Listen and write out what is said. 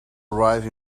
arrive